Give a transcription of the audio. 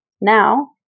Now